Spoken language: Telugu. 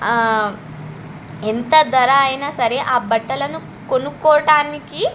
ఎంత ధర అయినా సరే ఆ బట్టలను కొనుక్కోవడానికి